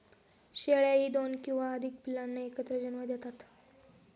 शेळ्याही दोन किंवा अधिक पिल्लांना एकत्र जन्म देतात